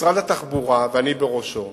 משרד התחבורה, ואני בראשו,